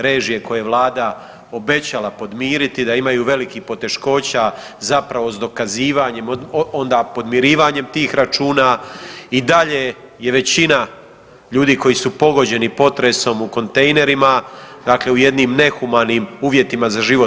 režije koje Vlada obećala podmiriti, da imaju velikih poteškoća zapravo s dokazivanjem, onda podmirivanjem tih računa i dalje je većina ljudi koji su pogođeni potresom u kontejnerima, dakle u jednim nehumanim uvjetima za život.